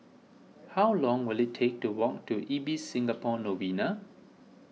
how long will it take to walk to Ibis Singapore Novena